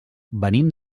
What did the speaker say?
venim